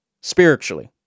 Spiritually